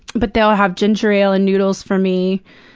but they'll have ginger ale and noodles for me.